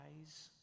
eyes